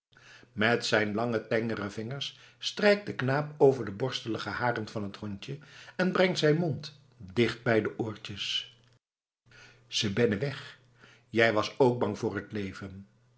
met zijn lange tengere vingers strijkt de knaap over de borstelige haren van het hondje en brengt zijn mond dicht bij de korte oortjes ze bennen weg jij was ook bang voor t leven